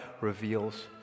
reveals